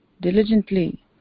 diligently